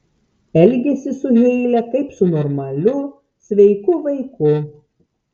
elgiasi su heile kaip su normaliu sveiku vaiku